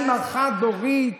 אימא חד-הורית,